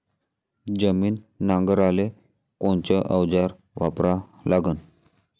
जमीन नांगराले कोनचं अवजार वापरा लागन?